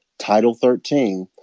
title thirteen,